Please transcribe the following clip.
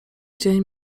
dzień